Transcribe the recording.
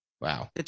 wow